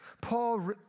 Paul